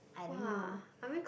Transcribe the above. I don't know